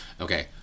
Okay